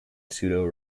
pseudo